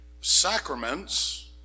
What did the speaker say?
Sacraments